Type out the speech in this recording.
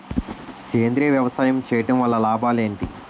సేంద్రీయ వ్యవసాయం చేయటం వల్ల లాభాలు ఏంటి?